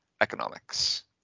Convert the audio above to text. economics